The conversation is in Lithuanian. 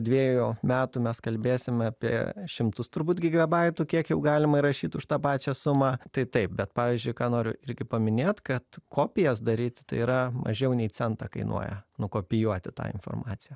dviejų metų mes kalbėsim apie šimtus turbūt gigabaitų kiek jau galima įrašyt už tą pačią sumą tai taip bet pavyzdžiui ką noriu irgi paminėt kad kopijas daryti tai yra mažiau nei centą kainuoja nukopijuoti tą informaciją